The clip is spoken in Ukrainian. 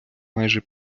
майже